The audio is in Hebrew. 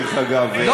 דרך אגב,